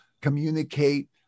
communicate